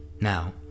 Now